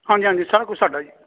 ਹਾਂਜੀ ਹਾਂਜੀ ਸਭ ਕੁਝ ਸਾਡਾ ਜੀ